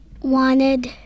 wanted